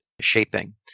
shaping